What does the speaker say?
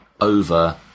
over